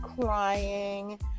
crying